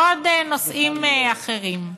ועוד נושאים אחרים.